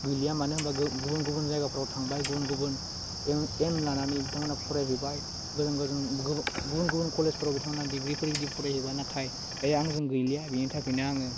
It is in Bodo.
गैलाया मानो होनबा गुबुन गुबुन जायगाफ्राव थांबाय गुबुन गुबुन एम एम लानानै बिथांमोनहा फरायहैबाय गोजान गोजान गुबुन गुबुन क'लेजफोराव बिथांमोनहा डिग्रिफोर बिदि फरायहैबाय नाथाय दायो आंजों गैलिया बिनि थाखायनो आङो